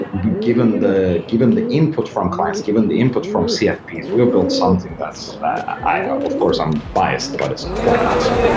given the given the input from clients, given the input from cfps, we built something that's ah of course, i'm biased, but it's quite awesome.